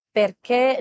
perché